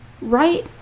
right